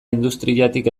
industriatik